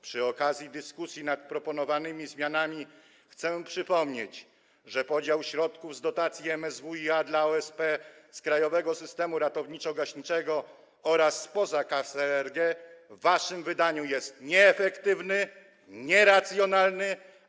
Przy okazji dyskusji nad proponowanymi zmianami chciałbym przypomnieć, że podział środków z dotacji MSWiA dla OSP z krajowego systemu ratowniczo-gaśniczego oraz spoza jego kasy jest w waszym wydaniu nieefektywny i nieracjonalny.